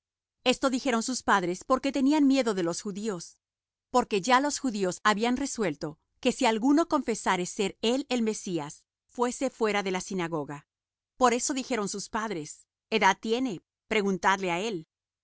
esto dijeron sus padres porque tenían miedo de los judíos porque ya los judíos habían resuelto que si alguno confesase ser él el mesías fuese fuera de la sinagoga por eso dijeron sus padres edad tiene preguntadle á él